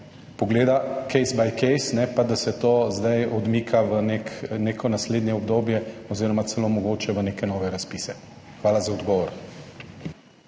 pogleda case-by-case, ne da se to zdaj odmika v nek neko naslednje obdobje oziroma celo mogoče v neke nove razpise. Hvala za odgovor.